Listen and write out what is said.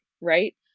Right